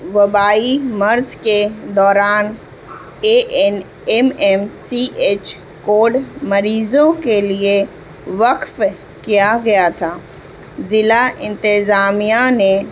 وبائی مرض کے دوران A N M M C H covid مریضوں کے لیے وقف کیا گیا تھا ضلع انتظامیہ نے